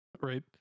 right